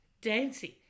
dancing